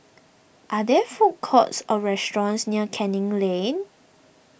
are there food courts or restaurants near Canning Lane